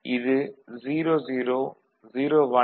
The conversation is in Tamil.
இது 00 01 11 மற்றும் 10